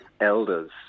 elders